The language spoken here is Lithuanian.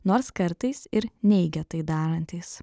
nors kartais ir neigia tai darantys